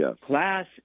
Class